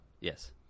Yes